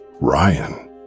Ryan